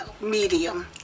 medium